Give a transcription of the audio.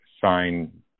sign